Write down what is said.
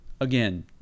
again